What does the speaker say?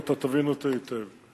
ואתה תבין אותי היטב: